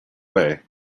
way